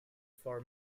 for